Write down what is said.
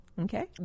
Okay